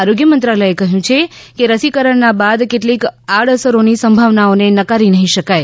આરોગ્ય મંત્રાલયે કહ્યું છે કે રસીકરણના બાદ કેટલીક આડઅસરોની સંભાવનાઓને નકારી નહી શકાય